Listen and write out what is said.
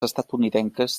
estatunidenques